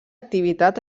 activitat